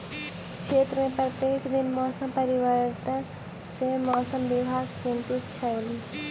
क्षेत्र में प्रत्येक दिन मौसम परिवर्तन सॅ मौसम विभाग चिंतित छल